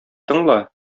тыңла